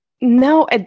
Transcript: no